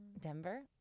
denver